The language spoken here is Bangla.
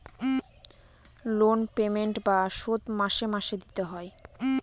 লোন পেমেন্ট বা শোধ মাসে মাসে দিতে হয়